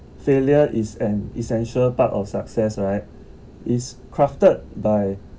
failure is an essential part of success right is crafted by